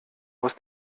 muss